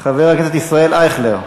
חבר הכנסת ישראל אייכלר,